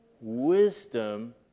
wisdom